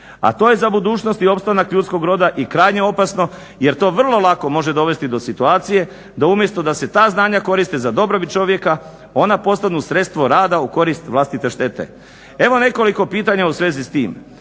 a to je za budućnost i opstanak ljudskog roda i krajnje opasno jer to vrlo lako može dovesti do situacije da umjesto da se ta znanja koriste za dobrobit čovjeka ona postanu sredstvo rada u korist vlastite štete. Evo nekoliko pitanja u svezi s tim.